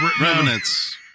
Remnants